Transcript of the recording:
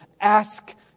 ask